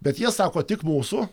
bet jie sako tik mūsų